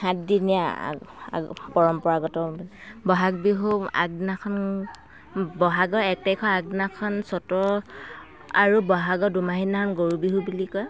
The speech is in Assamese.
সাত দিনীয়া পৰম্পৰাগত বহাগ বিহুৰ আগদিনাখন বহাগৰ এক তাৰিখৰ আগদিনাখন চ'তৰ আৰু বহাগৰ দোমাহী দিনাখন গৰু বিহু বুলি কয়